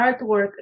artwork